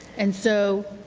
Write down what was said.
and so,